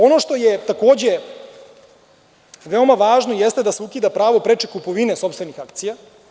Ono što je takođe veoma važno jeste da se ukida pravo preče kupovine sopstvenih akcija.